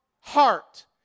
heart